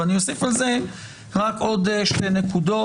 אוסיף על זה רק עוד שתי נקודות.